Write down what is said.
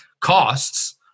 costs